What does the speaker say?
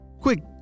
Quick